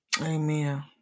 Amen